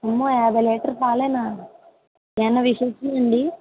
అమ్మో యాభై లీటర్ల పాలేనా ఏమైనా విశేషమా అండీ